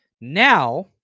Now